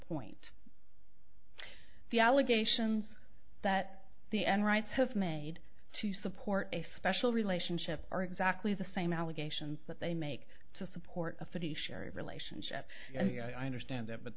point the allegations that the n writes have made to support a special relationship are exactly the same allegations that they make to support a fiduciary relationship i understand that but